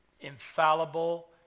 infallible